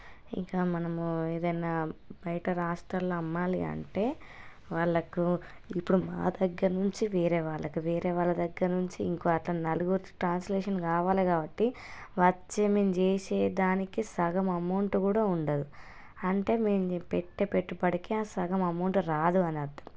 ఇక మనము ఏదైనా బయట రాష్ట్రాల్లో అమ్మాలి అంటే వాళ్ళకు ఇప్పుడు మా దగ్గర నుంచి వేరే వాళ్ళకు వేరే వాళ్ళ దగ్గర నుంచి ఇంకో అట్ల నలుగురు ట్రాన్స్లేషన్ కావాలి కాబట్టి వచ్చే మేము చేసే దానికి సగం అమౌంట్ కూడా ఉండదు అంటే మేము పెట్టే పెట్టుబడికి ఆ సగం అమౌంట్ రాదు అని అర్థం